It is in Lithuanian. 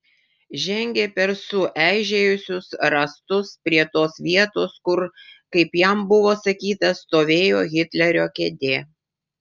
žengė per sueižėjusius rąstus prie tos vietos kur kaip jam buvo sakyta stovėjo hitlerio kėdė